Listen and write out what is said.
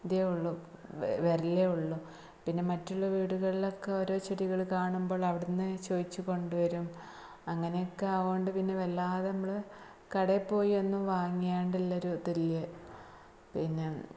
ഇതേ ഉള്ളു വരലേ ഉള്ളു പിന്നെ മറ്റുള്ള വീടുകളിലൊക്കെ ഓരോ ചെടികള് കാണുമ്പോള് അവിടുന്ന് ചോദിച്ച് കൊണ്ടുവരും അങ്ങനെയൊക്കെ ആയതുകൊണ്ട് പിന്നെ വല്ലാതെ നമ്മള് കടയില് പോയി ഒന്നും വാങ്ങിയാണ്ട്ല്ലൊരു ഇതില്ല പിന്നെ